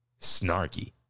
snarky